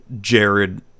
Jared